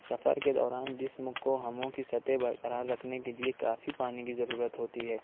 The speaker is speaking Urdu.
سفر کے دوران جسم کو ہموں کی سطح برقرار رکھنے کے لئے کافی پانی کی ضرورت ہوتی ہے